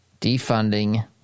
defunding